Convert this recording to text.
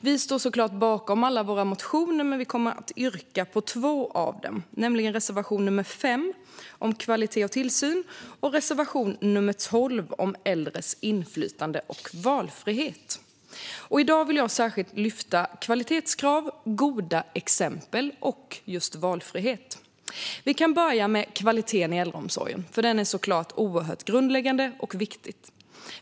Vi står såklart bakom alla våra motioner, men vi kommer att yrka bifall till två av reservationerna, nämligen reservation 5 om kvalitet och tillsyn och reservation 12 om äldres inflytande och valfrihet. I dag vill jag särskilt lyfta fram kvalitetskrav, goda exempel och valfrihet. Vi kan börja med kvaliteten i äldreomsorgen, för den är oerhört grundläggande och viktig.